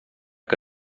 que